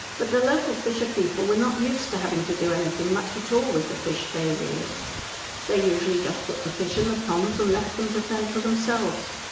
but the local fisher-people were not used to having to do anything much at all with the fish they reared they usually just put the fish in the ponds and left them to fend for themselves.